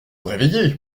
réveiller